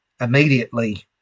immediately